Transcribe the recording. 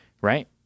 right